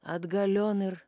atgalion ir